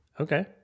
okay